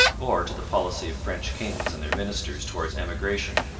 or to the policy of french kings and their ministers towards emigration.